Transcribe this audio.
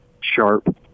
sharp